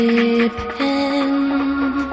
depend